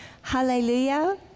Hallelujah